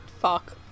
Fuck